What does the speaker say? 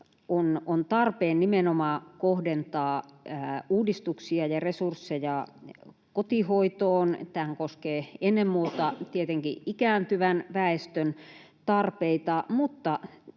on tarpeen nimenomaan kohdentaa uudistuksia ja resursseja kotihoitoon. Tämähän koskee ennen muuta tietenkin ikääntyvän väestön tarpeita, mutta